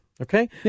Okay